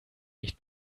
nicht